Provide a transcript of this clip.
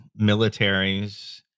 militaries